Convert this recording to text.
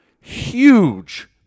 huge